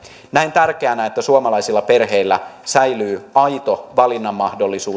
näen tärkeänä että suomalaisilla perheillä säilyy aito valinnanmahdollisuus eikä